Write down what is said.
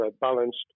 balanced